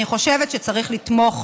אני חושבת שצריך לתמוך